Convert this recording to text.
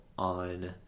on